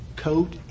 coat